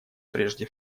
прежде